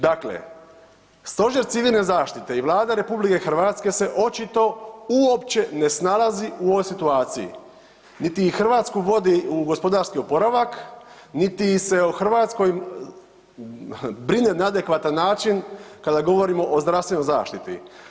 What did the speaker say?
Dakle, Stožer civilne zaštite i Vlada RH se očito uopće ne snalazi u ovoj situaciji niti Hrvatsku vodi u gospodarski oporavak, niti se o Hrvatskoj brine na adekvatan način kada govorimo o zdravstvenoj zaštiti.